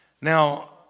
Now